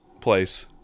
place